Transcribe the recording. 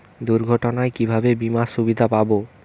দুর্ঘটনায় কিভাবে বিমার সুবিধা পাব?